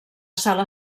sala